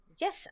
yes